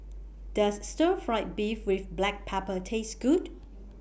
Does Stir Fry Beef with Black Pepper Taste Good